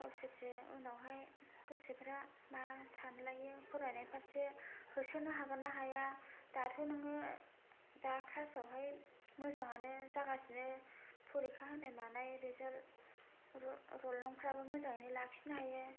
गावसोरसो उनावहाय गोसोफोरा मा सानलायो फरायनायनि फारसे होसोनो हागोन ना हाया दाथ' नोङो दा क्लासावहाय मोजाङानो जागासिनो फरिखा होनाय मानाय रिजाल रल नंफोराबो मोजाङैनो लाखिनो हायो